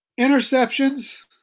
Interceptions